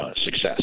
success